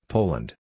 Poland